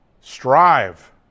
Strive